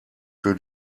für